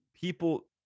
People